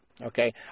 Okay